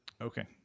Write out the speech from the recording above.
Okay